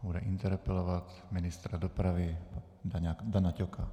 Bude interpelovat ministra dopravy Dana Ťoka.